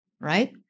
right